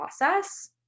process